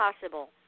possible